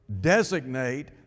designate